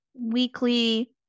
weekly